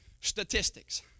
Statistics